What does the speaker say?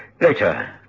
Later